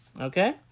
Okay